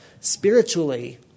Spiritually